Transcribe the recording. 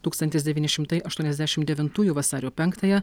tūkstantis devyni šimtai aštuoniasdešimt devintųjų vasario penktąją